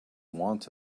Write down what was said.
want